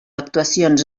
actuacions